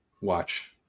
watch